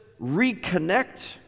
reconnect